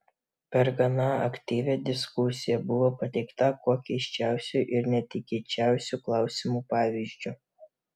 per gana aktyvią diskusiją buvo pateikta kuo keisčiausių ir netikėčiausių klausimų pavyzdžių